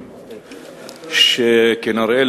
כנראה,